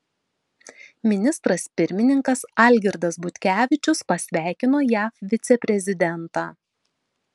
ministras pirmininkas algirdas butkevičius pasveikino jav viceprezidentą